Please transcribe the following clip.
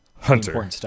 Hunter